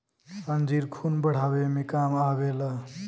अंजीर खून बढ़ावे मे काम आवेला